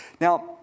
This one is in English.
Now